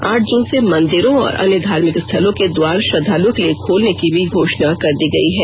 आठ जून से मंदिरों और अन्य धार्मिक स्थलों के द्वार श्रद्वालुओं के लिए खोलने की घोषणा भी कर दी गई हैं